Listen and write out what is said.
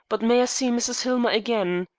but may i see mrs. hillmer again?